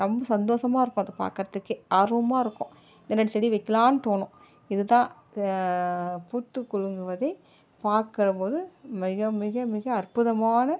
ரொம்ப சந்தோஷமாகருக்கும் அதை பார்க்குறத்துக்கே ஆர்வமாகருக்கும் இன்னொரு செடி வைக்கிலாம் தோணும் இது தான் பூத்துக்குலுங்குவது பார்க்குறபோது மிக மிக மிக அற்புதமான